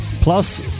Plus